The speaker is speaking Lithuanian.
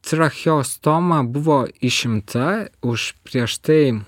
tracheostoma buvo išimta už prieš tai